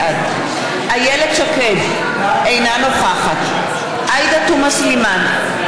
בעד איילת שקד, אינה נוכחת עאידה תומא סלימאן,